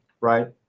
right